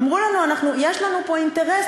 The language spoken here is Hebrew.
אמרו לנו: יש לנו פה אינטרס,